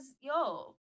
yo